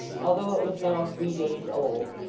although it was now three days old,